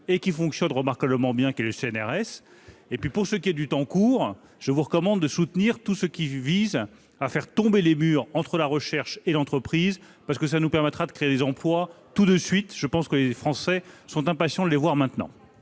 et qui fonctionne remarquablement bien, qu'est le CNRS ; pour ce qui est du temps court, je vous recommande de soutenir tout ce qui vise à faire tomber les murs entre la recherche et l'entreprise, ce qui nous permettra de créer des emplois tout de suite. Je pense que les Français sont impatients de les voir maintenant.